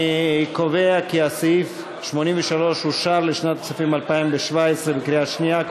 אני קובע כי סעיף 83 אושר לשנת הכספים 2017 בקריאה שנייה,